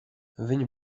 viņa